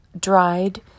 dried